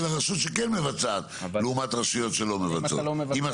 לרשות שכן מבצעת לעומת רשויות שלא מבצעות.